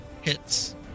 hits